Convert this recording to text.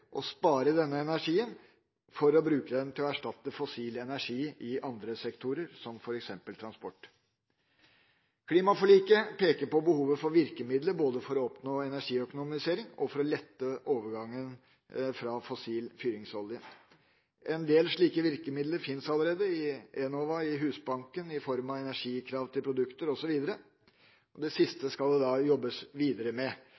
å spare denne energien for å bruke den til å erstatte fossil energi i andre sektorer, som f.eks. transport. Klimaforliket peker på behovet for virkemidler både for å oppnå energiøkonomisering og for å lette overgangen fra fossil fyringsolje. En del slike virkemidler finnes allerede i Enova, i Husbanken, i form av energikrav til produkter osv. Sistnevnte skal det jobbes videre med.